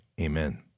amen